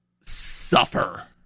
suffer